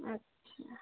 अच्छा